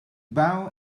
bow